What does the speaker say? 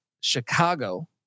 Chicago